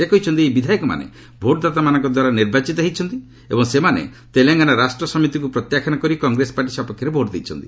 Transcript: ସେ କହିଛନ୍ତି ଏହି ବିଧାୟକମାନେ ଭୋଟ୍ଦାତାମାନଙ୍କଦ୍ୱାରା ନିର୍ବାଚିତ ହୋଇଛନ୍ତି ଏବଂ ସେମାନେ ତେଲଙ୍ଗାନା ରାଷ୍ଟ୍ର ସମିତିକୁ ପ୍ରତ୍ୟାଖ୍ୟାନ କରି କଂଗ୍ରେସ ପାର୍ଟି ସପକ୍ଷରେ ଭୋଟ ଦେଇଛନ୍ତି